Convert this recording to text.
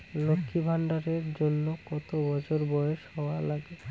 লক্ষী ভান্ডার এর জন্যে কতো বছর বয়স হওয়া লাগে?